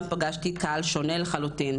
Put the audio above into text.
שם פגשתי קהל שונה לחלוטין.